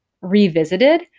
revisited